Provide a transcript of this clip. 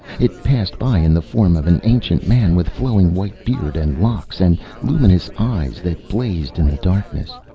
it passed by in the form of an ancient man with flowing white beard and locks, and luminous eyes that blazed in the darkness.